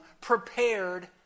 prepared